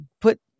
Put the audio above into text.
put